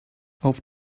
auf